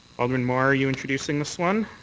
alderman mar, are you introducing this one?